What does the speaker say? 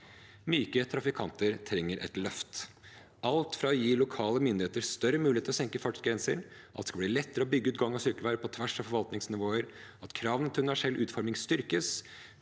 Myke trafikanter trenger et løft. Alt fra å gi lokale myndigheter større mulighet til å senke fartsgrenser, at det skal bli lettere å bygge ut gang- og sykkelveier på tvers av forvaltningsnivåer, og at kravene til universell utforming styrkes,